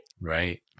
Right